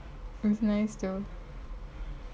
it's nice though